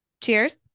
Cheers